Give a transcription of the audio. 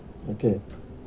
okay